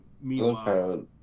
Meanwhile